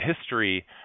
history